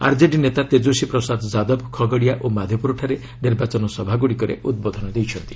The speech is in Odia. ଆର୍ଜେଡି ନେତା ତେଜସ୍ୱୀ ପ୍ରସାଦ ଯାଦବ ଖଗରିଆ ଓ ମାଧେପୁରାଠାରେ ନିର୍ବାଚନ ସଭାଗୁଡ଼ିକରେ ଉଦ୍ବୋଧନ ଦେଇଛନ୍ତି